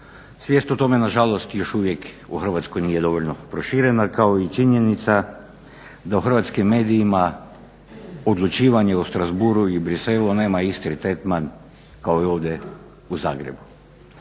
Svijest o tome nažalost još uvijek u Hrvatskoj nije dovoljno proširena, kao i činjenica da u hrvatskim medijima odlučivanje o Strassbourgu i Bruxellesu nema isti tretman kao i ovdje u Zagrebu.